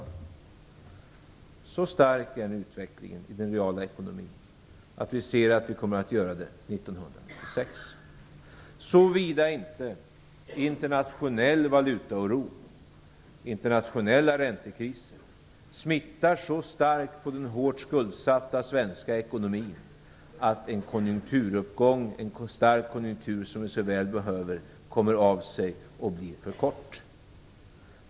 Men så stark är nu utvecklingen i den reala ekonomin att vi ser att vi kommer att göra det 1996, såvida inte internationell valutaoro och internationella räntekriser så starkt smittar den hårt skuldsatta svenska ekonomin att den starka konjunktur som vi så väl behöver kommer av sig och blir för kort.